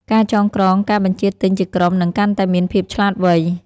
ការចងក្រងការបញ្ជាទិញជាក្រុម នឹងកាន់តែមានភាពឆ្លាតវៃ។